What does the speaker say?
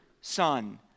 son